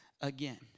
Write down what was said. again